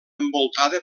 envoltada